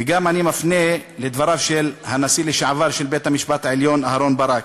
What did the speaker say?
ואני גם מפנה לדבריו של הנשיא לשעבר של בית-המשפט העליון אהרן ברק: